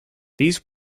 these